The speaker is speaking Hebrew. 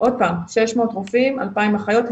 עוד פעם, 600 רופאים, 2,000 אחיות.